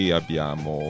abbiamo